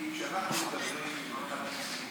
כי כשאנחנו מדברים על אותם 22,